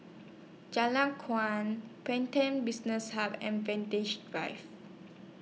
Jalan Kuang Pantech Business Hub and Drive